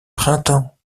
printemps